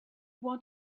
want